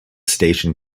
station